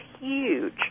huge